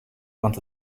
want